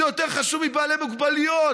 זה יותר חשוב מבעלי מוגבלויות,